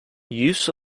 use